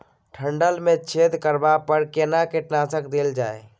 डंठल मे छेद करबा पर केना कीटनासक देल जाय?